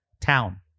town